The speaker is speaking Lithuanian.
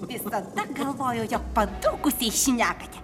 visada galvojau jog padūkusiai šnekate